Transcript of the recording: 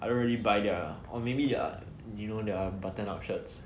I don't really buy their or maybe their you know their button up shirts